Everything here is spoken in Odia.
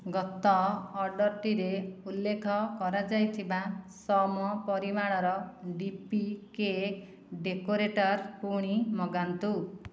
ଗତ ଅର୍ଡ଼ର୍ଟିରେ ଉଲ୍ଲେଖ କରାଯାଇଥିବା ସମ ପରିମାଣର ଡି ପି କେକ୍ ଡେକୋରେଟର୍ ପୁଣି ମଗାନ୍ତୁ